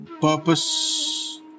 purpose